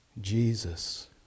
Jesus